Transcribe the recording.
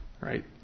right